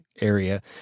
area